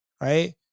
right